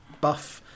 buff